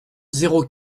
zéro